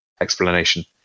explanation